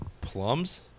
Plums